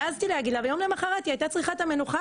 העזתי להגיד יום למחרת היא הייתה צריכה את המנוחה